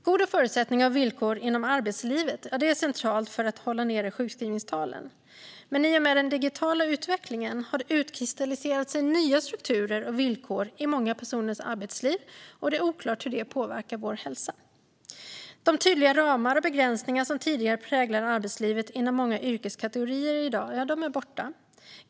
Goda förutsättningar och villkor inom arbetslivet är centralt för att hålla nere sjukskrivningstalen. Men i och med den digitala utvecklingen har det utkristalliserats nya strukturer och villkor i många personers arbetsliv, och det är oklart hur det påverkar vår hälsa. De tydliga ramar och begränsningar som tidigare präglade arbetslivet inom många yrkeskategorier är i dag borta.